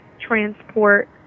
transport